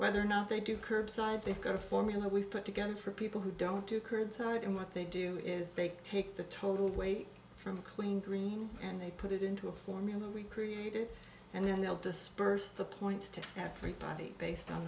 whether or not they do curbside they've got a formula we've put together for people who don't do curbside and what they do is they take the total weight from clean green and they put it into a formula we created and then they'll disperse the points to everybody based on